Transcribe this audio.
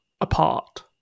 apart